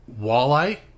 walleye